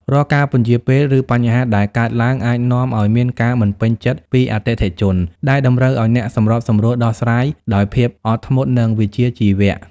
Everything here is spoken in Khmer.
រាល់ការពន្យារពេល ឬបញ្ហាដែលកើតឡើងអាចនាំឱ្យមានការមិនពេញចិត្តពីអតិថិជន ដែលតម្រូវឱ្យអ្នកសម្របសម្រួលដោះស្រាយដោយភាពអត់ធ្មត់ និងវិជ្ជាជីវៈ។